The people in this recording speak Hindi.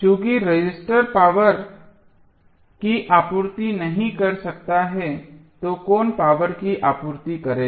चूँकि रजिस्टर पावर की आपूर्ति नहीं कर सकता है तो कौन पावर की आपूर्ति करेगा